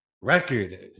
record